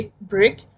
break